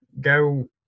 go